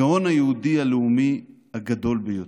הגאון היהודי הלאומי הגדול ביותר.